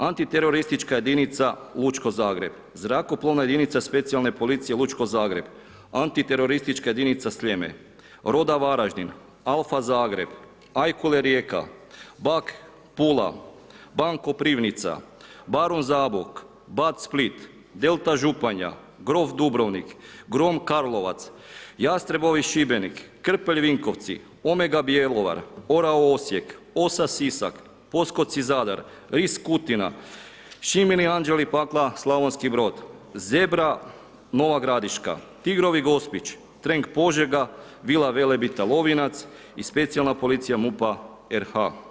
Antiteroristička jedinica Lučko Zagreb, zrakoplovna jedinica specijalne policije Lučko Zagreb, antiteroristička jedinica Sljeme, Roda Varaždin, Alfa Zagreb, Ajkule Rijeka, Bak Pula, Ban Koprivnica, Barun Zabok, Bat Split, Delta Županja, Grof Dubrovnik, Grom Karlovac, Jastrebovi Šibenik, Krpelj Vinkovci, Omega Bjelovar, Orao Osijek, Osa Sisak, Poskoci Zadar, ... Kutina, Šimini anđeli pakla Slavonski brod, Zebra Nova gradiška, Tigrovi Gospić, Trenk Požega, Vila Velebita Lovinac i specijalna policija MUP-a RH.